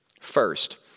First